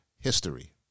history